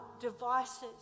devices